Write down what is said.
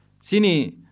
Sini